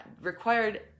required